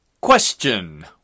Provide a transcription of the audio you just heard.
Question